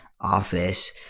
office